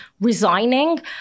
resigning